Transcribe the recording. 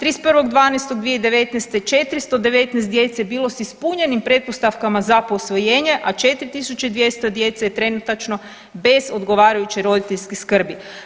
31.12.2019. 419 djece bilo s ispunjenim pretpostavkama za posvojenje, a 4.200 djece je trenutačno bez odgovarajuće roditeljske skrbi.